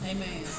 Amen